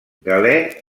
galè